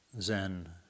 Zen